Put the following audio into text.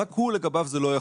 רק הוא לגביו זה לא יחול.